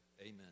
Amen